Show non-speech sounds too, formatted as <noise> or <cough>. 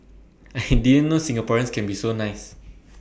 I <noise> didn't know Singaporeans can be so nice